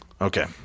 Okay